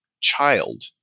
child